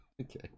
Okay